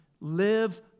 Live